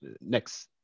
next